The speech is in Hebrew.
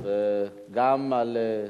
וגם על,